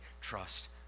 trust